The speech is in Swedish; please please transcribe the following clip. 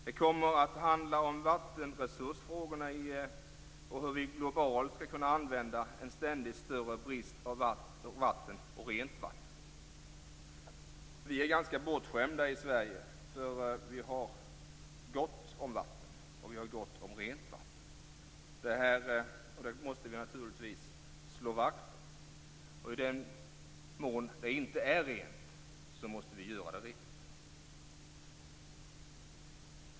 Det kommer att handla om vattenresursfrågorna och hur vi globalt skall kunna hantera en ständigt större brist på vatten och rent vatten. Vi är ganska bortskämda i Sverige för vi har gott om vatten, och vi har gott om rent vatten. Det måste vi naturligtvis slå vakt om. I den mån det inte är rent måste vi göra det rent.